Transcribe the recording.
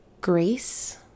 grace